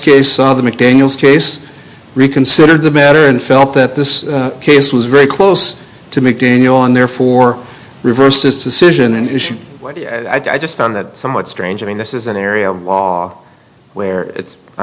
case the mcdaniels case reconsider the matter and felt that this case was very close to mcdaniel and therefore reverse this decision and issue what i just found that somewhat strange i mean this is an area of law where it's i